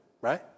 right